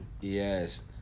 Yes